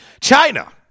China